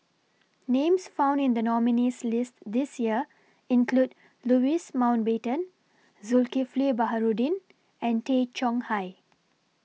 Names found in The nominees' list This Year include Louis Mountbatten Zulkifli Baharudin and Tay Chong Hai